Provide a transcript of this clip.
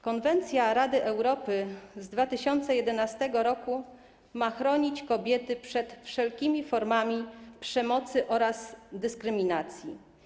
Konwencja Rady Europy z 2011 r. ma chronić kobiety przed wszelkimi formami przemocy oraz dyskryminacji.